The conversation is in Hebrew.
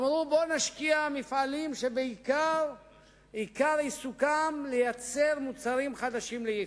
אמרו: בואו נשקיע במפעלים שעיקר עיסוקם לייצר מוצרים חדשים ליצוא.